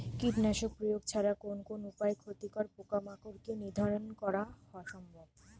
কীটনাশক প্রয়োগ ছাড়া কোন কোন উপায়ে ক্ষতিকর পোকামাকড় কে নিধন করা সম্ভব?